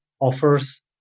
offers